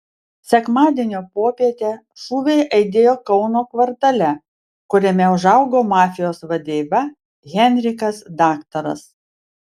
sekmadienio popietę šūviai aidėjo kauno kvartale kuriame užaugo mafijos vadeiva henrikas daktaras